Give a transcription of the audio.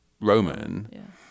Roman